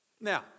Now